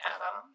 Adam